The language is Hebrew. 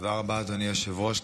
תודה רבה, אדוני היושב-ראש.